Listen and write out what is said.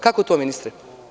Kako to ministre?